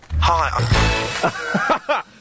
Hi